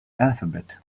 alphabet